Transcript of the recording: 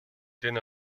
tiene